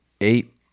eight